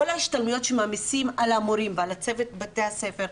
כל ההשתלמויות שמעמיסים על המורים ועל צוות בית הספר,